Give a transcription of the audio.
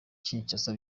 kinshasa